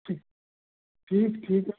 ठीक ठीक ठीक है